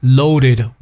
loaded